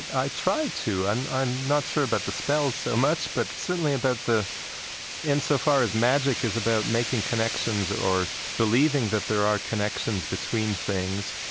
i try to. and i'm not sure about the spells so much, but, certainly, about the insofar as magic is about making connections or believing that there are connections between things,